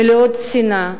מלאות שנאה,